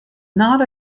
not